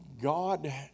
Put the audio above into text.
God